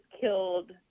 killed